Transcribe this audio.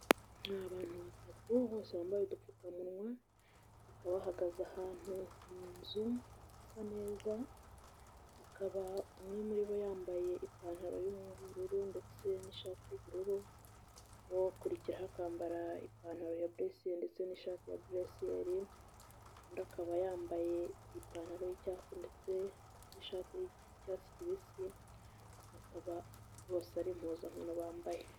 Ni abantu batatu bose bambaye udupfukamunwa, bakaba bahagaze ahantu mu nzu isa neza, bakaba umwe muri bo yambaye ipantaro y'ubururu ndetse n'ishati y'ubururu, ukurikiraho akambara ipantaro ya burusiyeri ndetse n'ishati ya burusiyeri, undi akaba yambaye ipantaro y'icyatsi ndetse n'ishati y'icyatsi kibisi, bakaba bose ari impuzankano bambaye.